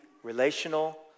relational